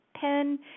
pen